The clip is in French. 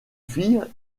fille